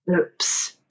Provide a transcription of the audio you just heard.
Oops